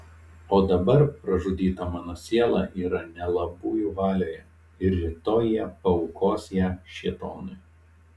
o dabar pražudyta mano siela yra nelabųjų valioje ir rytoj jie paaukos ją šėtonui